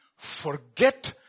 Forget